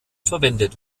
verwendet